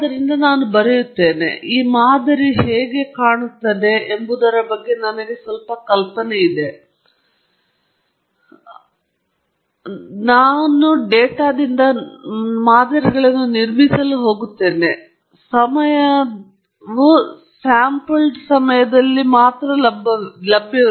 ಆದ್ದರಿಂದ ನಾನು ಬರೆಯುತ್ತೇನೆ ಮತ್ತು ಮಾದರಿಯು ಹೇಗೆ ಮೂರು ರೀತಿ ಕಾಣುತ್ತದೆ ಎಂಬುದರ ಬಗ್ಗೆ ನನಗೆ ಸ್ವಲ್ಪ ಕಲ್ಪನೆ ಇದೆ ಆದರೆ ಈಗ ನಾವು ನಿರಂತರ ಸಮಯದಲ್ಲಿ ಇರುವುದಿಲ್ಲ ಏಕೆಂದರೆ ನಾವು ಡೇಟಾದಿಂದ ಮಾದರಿಗಳನ್ನು ನಿರ್ಮಿಸಲು ಹೋಗುತ್ತೇವೆ ಮತ್ತು ಸಮಯವು ಸ್ಯಾಂಪಲ್ಡ್ ಸಮಯದಲ್ಲಿ ಮಾತ್ರ ಲಭ್ಯವಿರುತ್ತದೆ ಅದು ಪ್ರತಿ ಹಂತದಲ್ಲಿಯೂ ಲಭ್ಯವಿಲ್ಲ